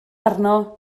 arno